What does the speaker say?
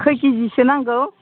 खय किजिसो नांगौ